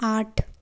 आठ